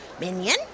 Minion